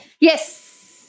Yes